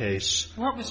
of travelers